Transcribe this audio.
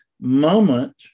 moment